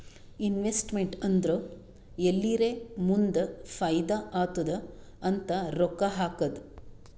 investment ಅಂದುರ್ ಎಲ್ಲಿರೇ ಮುಂದ್ ಫೈದಾ ಆತ್ತುದ್ ಅಂತ್ ರೊಕ್ಕಾ ಹಾಕದ್